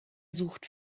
sucht